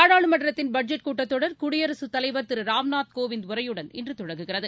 நாடாளுமன்றத்தின் பட்ஜெட் கூட்டத் தொடர் குடியரசுத் தலைவர் திருராம்நாத் கோவிந்த் உரையுடன் இன்றுதொடங்குகிறது